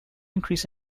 increase